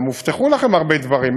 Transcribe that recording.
גם הובטחו לכם הרבה דברים.